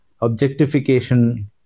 objectification